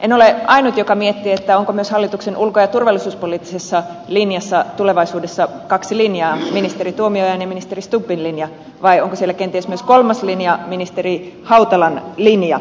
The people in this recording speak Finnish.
en ole ainut joka miettii onko myös hallituksen ulko ja turvallisuuspoliittisessa linjassa tulevaisuudessa kaksi linjaa ministeri tuomiojan ja ministeri stubbin linja vai onko siellä kenties myös kolmas linja ministeri hautalan linja